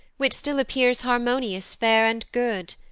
which still appears harmonious, fair, and good.